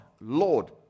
Lord